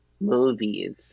movies